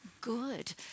good